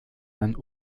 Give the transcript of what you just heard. ein